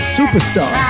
superstar